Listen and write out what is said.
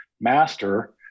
master